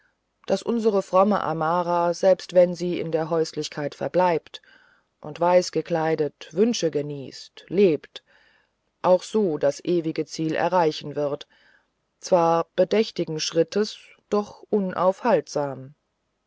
daß unsere fromme amara selbst wenn sie in der häuslichkeit verbleibt und weißgekleidet wünsche genießend lebt auch so das ewige ziel erreichen wird zwar bedächtigen schrittes doch unaufhaltsam